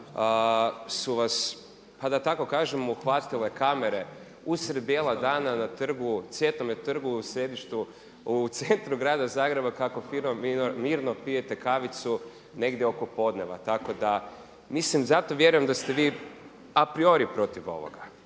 su vas pa da tako kažem uhvatile kamere usred bijelog dana trgu, Cvjetnome trgu u središtu, u centru Grada Zagreba kako fino mirno pijete kavicu negdje oko podneva. Tako da mislim, zato vjerujem da ste vi apriori protiv ovoga,